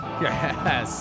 yes